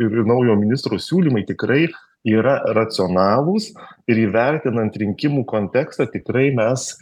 ir ir naujo ministro siūlymai tikrai yra racionalūs ir įvertinant rinkimų kontekstą tikrai mes